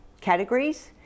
categories